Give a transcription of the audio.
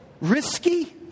Risky